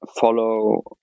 follow